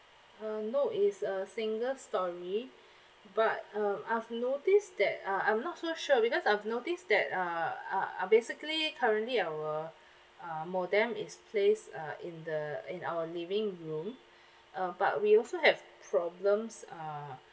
uh no it is a single story but um I've notice that uh I'm not so sure because I've noticed that uh uh basically currently our uh modem is placed uh in the in our living room uh but we also have problems uh